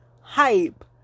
hype